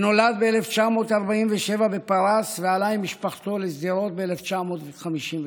שנולד ב-1947 בפרס ועלה עם משפחתו לשדרות ב-1952.